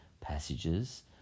passages